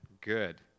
Good